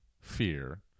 fear